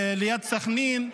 ליד סח'נין,